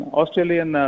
Australian